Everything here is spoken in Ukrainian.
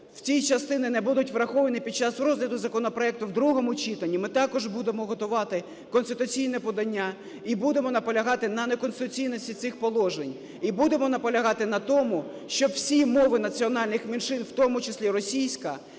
в тій частині не будуть враховані під час розгляду законопроекту в другому читанні, ми також будемо готувати конституційне подання і будемо наполягати на неконституційності цих положень, і будемо наполягати на тому, щоб всі мови національних меншин, в тому числі російська,